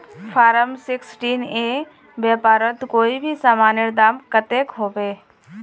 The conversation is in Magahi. फारम सिक्सटीन ई व्यापारोत कोई भी सामानेर दाम कतेक होबे?